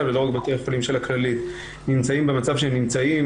ולא רק בתי החולים של הכללית נמצאים במצב בו הם נמצאים,